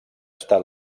estat